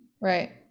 Right